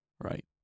right